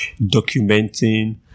documenting